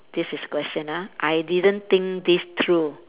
this is question ah I didn't think this through